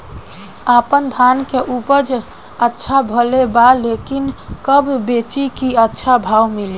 आपनधान के उपज अच्छा भेल बा लेकिन कब बेची कि अच्छा भाव मिल सके?